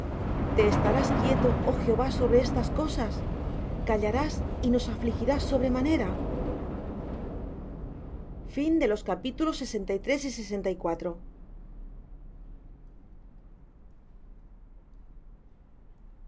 te estarás quieto oh jehová sobre estas cosas callarás y nos afligirás sobremanera